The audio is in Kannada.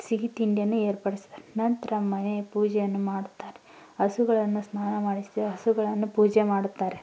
ಸಿಹಿ ತಿಂಡಿಯನ್ನು ಏರ್ಪಡ್ಸಿ ನಂತರ ಮನೆಯ ಪೂಜೆಯನ್ನು ಮಾಡುತ್ತಾರೆ ಹಸುಗಳನ್ನು ಸ್ನಾನ ಮಾಡಿಸಿ ಹಸುಗಳನ್ನು ಪೂಜೆ ಮಾಡುತ್ತಾರೆ